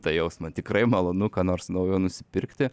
tą jausmą tikrai malonu ką nors naujo nusipirkti